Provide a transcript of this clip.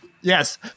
yes